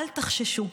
אל תחששו.